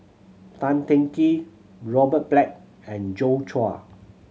Tan Teng Kee Robert Black and Joi Chua